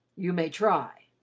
you may try.